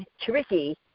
tricky